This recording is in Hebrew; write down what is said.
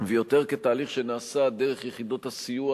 ויותר כתהליך שנעשה דרך יחידות הסיוע,